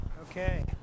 Okay